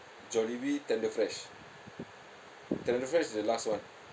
jollibee tenderfresh tenderfresh is the last one